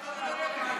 שלום הילד.